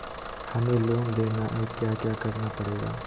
हमें लोन लेना है क्या क्या करना पड़ेगा?